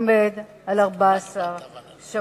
עומד על 14 שבועות.